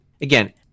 again